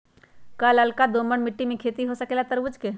का लालका दोमर मिट्टी में खेती हो सकेला तरबूज के?